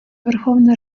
верховна